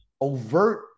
overt